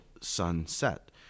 sunset